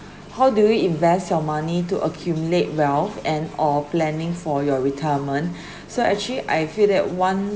how do you invest your money to accumulate wealth and or planning for your retirement so actually I feel that one